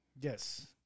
Yes